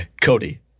Cody